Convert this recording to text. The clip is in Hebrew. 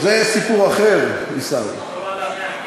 זה סיפור אחר, עיסאווי.